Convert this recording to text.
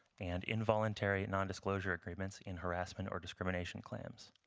and involuntary nondisclosure agreements in harassment or discrimination claims.